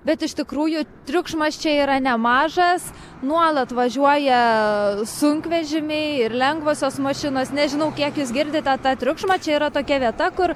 bet iš tikrųjų triukšmas čia yra nemažas nuolat važiuoja sunkvežimiai ir lengvosios mašinos nežinau kiek jūs girdite tą triukšmą čia yra tokia vieta kur